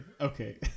Okay